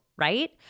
right